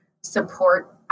support